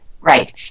right